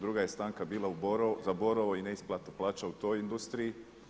Druga je stanka bila za Borovo i neisplatu plaća u toj industriji.